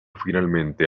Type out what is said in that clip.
finalmente